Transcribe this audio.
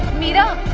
meera!